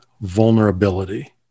vulnerability